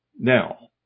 now